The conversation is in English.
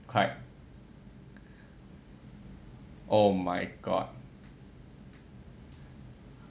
quite oh my god